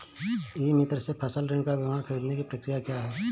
ई मित्र से फसल ऋण का विवरण ख़रीदने की प्रक्रिया क्या है?